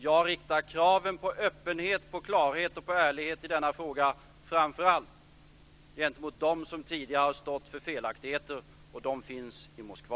Jag riktar kraven på öppenhet, klarhet och ärlighet i denna fråga framför allt gentemot dem som tidigare stått för felaktigheter. De finns i Moskva.